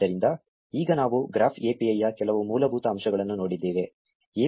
ಆದ್ದರಿಂದ ಈಗ ನಾವು ಗ್ರಾಫ್ API ಯ ಕೆಲವು ಮೂಲಭೂತ ಅಂಶಗಳನ್ನು ನೋಡಿದ್ದೇವೆ